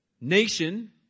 nation